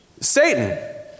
Satan